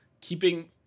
Keeping